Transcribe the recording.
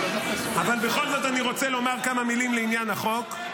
אבל בכל זאת אני רוצה לומר כמה מילים לעניין החוק.